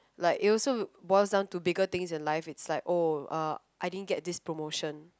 like it also boils to down bigger things in life it's like oh I didn't get this promotion